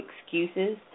excuses